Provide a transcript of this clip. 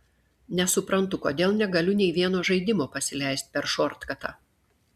nesuprantu kodėl negaliu nei vieno žaidimo pasileist per šortkatą